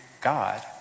God